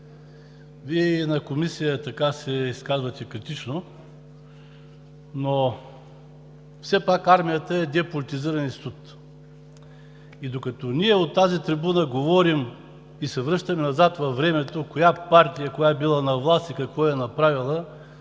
Вие и на Комисията се изказахте така критично, но все пак армията е деполитизиран институт и докато от тази трибуна говорим и се връщаме назад във времето коя партия е била на власт и какво е направила